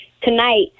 tonight